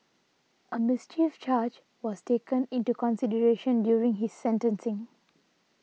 a mischief charge was taken into consideration during his sentencing